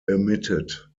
emitted